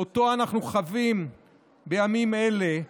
שאנחנו חווים בימים אלה,